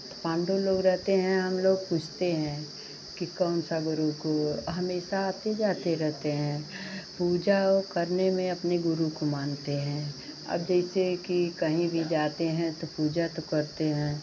तो पांडव लोग रहते हैं हम लोग पूछते हैं कि कौन सा गुरू को हमेशा आते जाते रहते हैं पूजा हो करने में अपने गुरू को मानते हैं अब जैसे कि कहीं भी जाते हैं तो पूजा तो करते हैं